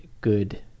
good